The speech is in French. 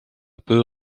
peu